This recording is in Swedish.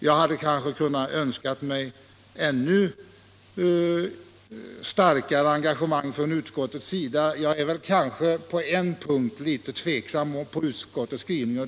Jag hade kanske kunnat önska mig ännu starkare engagemang från utskottets sida, och på en punkt är jag litet tveksam inför dess skrivning.